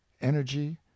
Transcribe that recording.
energy